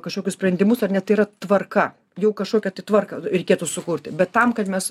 kažkokius sprendimus ar net tai yra tvarka jau kažkokią tai tvarką reikėtų sukurti bet tam kad mes